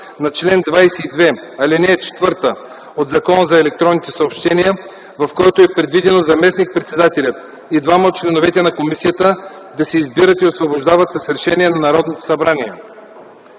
на чл. 22, ал. 4 от Закона за електронните съобщения, в която е предвидено заместник-председателят и двама от членовете на комисията да се избират и освобождават с решение на Народното събрание.